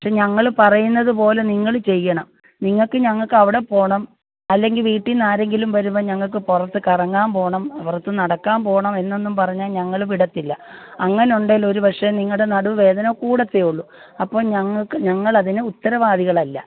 പക്ഷേ ഞങ്ങൾ പറയുന്നത് പോലെ നിങ്ങൾ ചെയ്യണം നിങ്ങൾക്ക് ഞങ്ങൾക്ക് അവിടെ പോകണം അല്ലെങ്കിൽ വീട്ടിന്നാരെങ്കിലും വരുമ്പോൾ ഞങ്ങൾക്ക് പുറത്ത് കറങ്ങാൻ പോകണം പുറത്ത് നടക്കാൻ പോകണം എന്നൊന്നും പറഞ്ഞാൽ ഞങ്ങൾ വിടത്തില്ല അങ്ങനെ ഉണ്ടേൽ ഒരു പക്ഷേ നിങ്ങളുടെ നടുവേദന കൂടത്തെയുള്ളൂ അപ്പോൾ ഞങ്ങൾക്ക് ഞങ്ങളതിനു ഉത്തരവാദികളല്ല